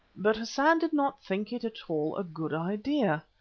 but hassan did not think it at all a good idea.